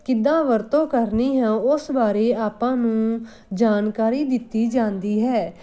ਕਿੱਦਾਂ ਵਰਤੋਂ ਕਰਨੀ ਹੈ ਉਸ ਬਾਰੇ ਆਪਾਂ ਨੂੰ ਜਾਣਕਾਰੀ ਦਿੱਤੀ ਜਾਂਦੀ ਹੈ